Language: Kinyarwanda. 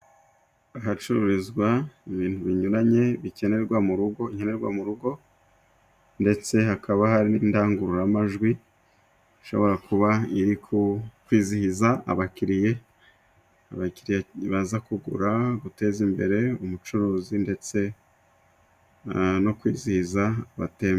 Ahacururizwa ibintu binyuranye bikenerwa mu rugo, nkenerwa mu rugo ndetse hakaba hari n'indangururamajwi ishobora kuba iri kwizihiza abakiriye, abakiriye baza kugura, guteza imbere ubucuruzi ndetse no kwizihiza bateme.